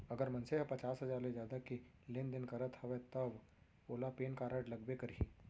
अगर मनसे ह पचार हजार ले जादा के लेन देन करत हवय तव ओला पेन कारड लगबे करही